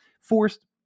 forced